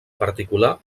particular